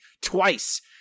Twice